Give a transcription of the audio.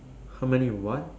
how many you want